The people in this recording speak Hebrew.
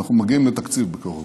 אנחנו מגיעים לתקציב בקרוב,